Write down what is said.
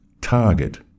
target